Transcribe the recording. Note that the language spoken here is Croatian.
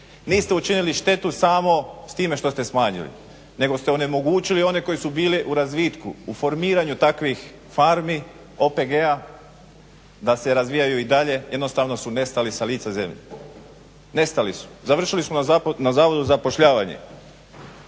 Niste učinili štetu samo s time što ste smanjili, nego ste onemogućili one koje su bili u razvitku, u formiranju takvih farmi, OPG-a da se razvijaju i dalje, jednostavno su nestali sa lica zemlje, nestali su, završili su na zavodu za zapošljavanje.